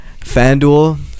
FanDuel